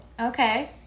Okay